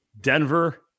Denver